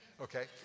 Okay